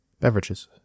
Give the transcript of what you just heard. beverages